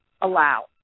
allow